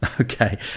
Okay